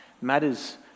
matters